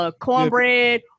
cornbread